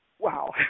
Wow